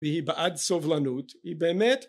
והיא בעד סובלנות היא באמת